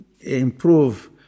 improve